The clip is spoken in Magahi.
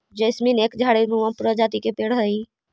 जैस्मीन एक झाड़ी नुमा प्रजाति के पेड़ हई